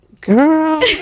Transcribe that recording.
Girl